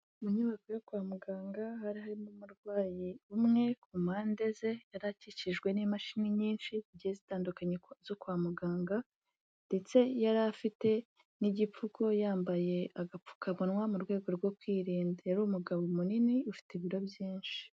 Mu nyubako yo kwa muganga hari harimo umurwayi umwe, ku mpande ze yari akikijwe n'imashini nyinshi zigiye zitandukanye zo kwa muganga ndetse yari afite n'igipfuko, yambaye agapfukamunwa mu rwego rwo kwirinda, yari umugabo munini, ufite ibiro byinshi.